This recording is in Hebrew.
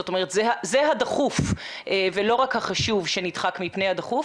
זאת אומרת זה הדחוף ולא רק החשוב שנדחק מפני הדחוף,